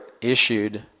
issued